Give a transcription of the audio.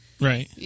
Right